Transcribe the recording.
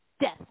death